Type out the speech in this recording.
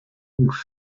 longed